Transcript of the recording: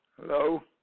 Hello